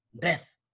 death